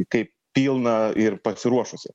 kaip pilną ir pasiruošusį